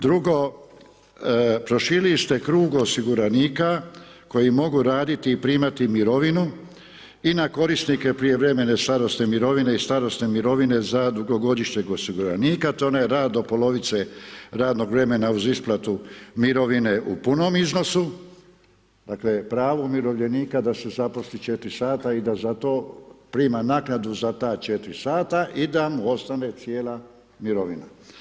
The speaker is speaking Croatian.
Drugo, proširili ste krug osiguranika koji mogu raditi i primati mirovinu i na korisnike prijevremene starosne mirovine i starosne mirovine za dugogodišnjeg osiguranika to je onaj rad do polovice radnog vremena uz isplatu mirovine u punom iznosu, dakle pravo umirovljenika da se zaposli 4 sata i da za to prima naknadu za ta 4 sata i da mu ostane cijela mirovina.